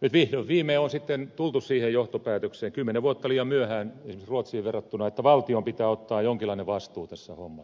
nyt vihdoin viimein on sitten tultu siihen johtopäätökseen kymmenen vuotta liian myöhään esimerkiksi ruotsiin verrattuna että valtion pitää ottaa jonkinlainen vastuu tässä hommassa